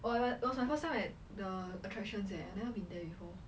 what it was my first time at the attractions eh I never been there before